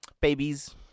Babies